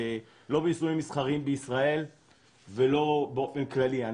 לא ביישומים מסחריים בישראל ולא באופן כללי אני